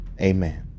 Amen